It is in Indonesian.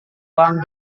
uang